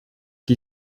qui